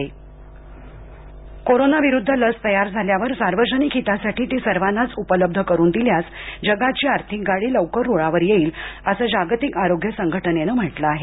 आरोग्य संघटना लस कोरोनाविरुद्ध लस तयार झाल्यावर सार्वजनिक हितासाठी ती सर्वांनाच उपलब्ध करून दिल्यास जगाची आर्थिक गाडी लवकर रुळावर येईल असं जागतिक आरोग्य संघटनेनं म्हटलं आहे